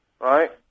Right